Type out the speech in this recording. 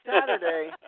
Saturday